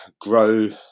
grow